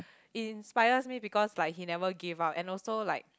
inspires me because like he never give up and also like